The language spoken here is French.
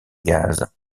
gaz